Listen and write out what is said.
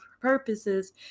purposes